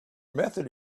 method